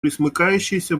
пресмыкающееся